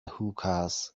hookahs